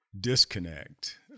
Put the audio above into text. disconnect